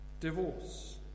Divorce